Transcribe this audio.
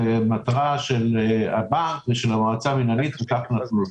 זו המטרה של הבנק ושל המועצה המינהלית וכך אנחנו עושים.